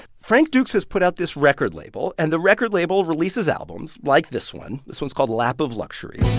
frank dukes has put out this record label, and the record label releases albums like this one. this one's called lap of luxury.